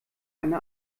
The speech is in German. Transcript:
eine